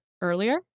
earlier